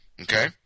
Okay